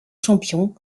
champion